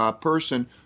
person